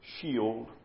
shield